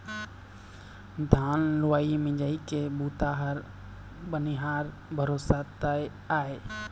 धान लुवई मिंजई के बूता ह बनिहार भरोसा तो आय